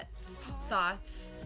thoughts